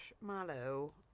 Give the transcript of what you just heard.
marshmallow